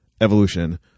evolution